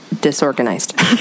disorganized